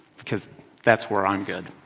because that's where i'm good.